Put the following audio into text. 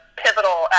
pivotal